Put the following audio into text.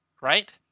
right